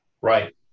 Right